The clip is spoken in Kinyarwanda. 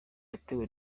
yatewe